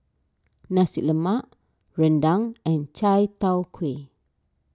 Nasi Lemak Rendang and Chai Tow Kuay